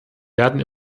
werden